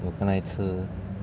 我刚才吃